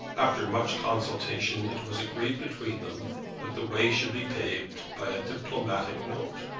after much consultation it was agreed between them that the way should be paved by a diplomatic note.